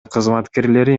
кызматкерлери